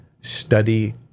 study